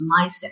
mindset